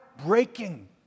breaking